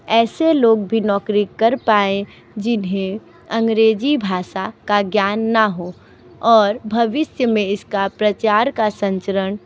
ऐसे लोग भी नौकरी कर पाए जिन्हें अंग्रेज़ी भाषा का ज्ञान ना हो और भविष्य में इसका प्रचार का संचरण